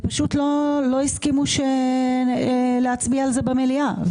והם פשוט לא הסכימו להצביע על זה במליאה.